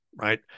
right